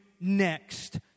next